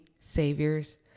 saviors